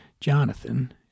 Jonathan